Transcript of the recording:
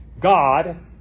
God